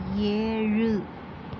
ஏழு